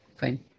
fine